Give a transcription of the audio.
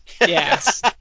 Yes